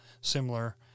similar